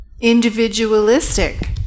individualistic